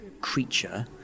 creature